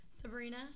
sabrina